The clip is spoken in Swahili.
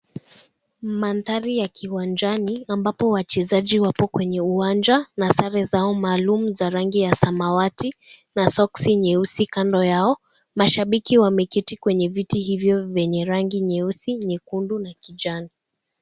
Mandhari ya kiwanjani ambapo wachezaji wapo kwenye uwanja na sare zao maalum za rangi ya samawati na soksi nyeusi kando yao mashabiki wameketi kwenye viti hivyo zenye rangi nyeusi, nyekundu na kijani.